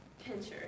pincher